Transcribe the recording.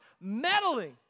meddling